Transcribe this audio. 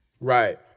right